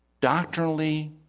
doctrinally